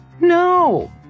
No